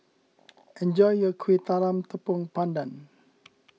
enjoy your Kuih Talam Tepong Pandan